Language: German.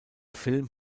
film